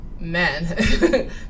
man